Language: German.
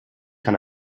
kann